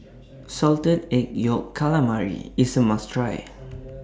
Salted Egg Yolk Calamari IS A must Try